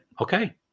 okay